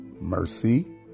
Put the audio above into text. Mercy